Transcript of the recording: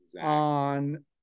on